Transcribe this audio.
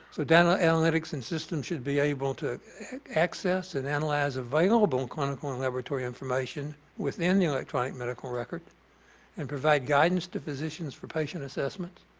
so data analytics and system should be able to access and analyze available clinical and laboratory information within the electronic medical record and provide guidance to physicians for patient assessment.